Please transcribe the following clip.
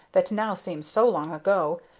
that now seems so long ago,